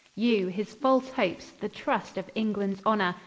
you his false hopes, the trust of englands honor,